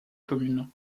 commune